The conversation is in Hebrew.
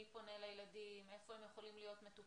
מי פונה לילדים, איפה הם יכולים להיות מטופלים,